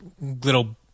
little